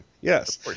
Yes